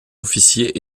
officiers